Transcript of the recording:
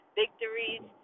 victories